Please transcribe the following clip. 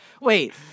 Wait